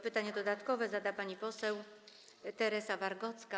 Pytanie dodatkowe zada pani poseł Teresa Wargocka.